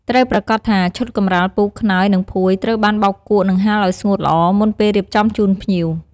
ត្រូវប្រាកដថាឈុតកម្រាលពូក ខ្នើយ និងភួយត្រូវបានបោកគក់ និងហាលឲ្យស្ងួតល្អ មុនពេលរៀបចំជូនភ្ញៀវ។